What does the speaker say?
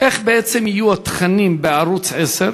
איך בעצם יהיו התכנים בערוץ 10,